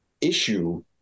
issue